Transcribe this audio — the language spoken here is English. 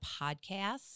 podcasts